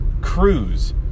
cruise